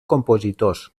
compositors